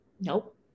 Nope